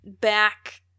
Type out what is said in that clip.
back-